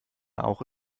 auch